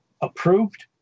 approved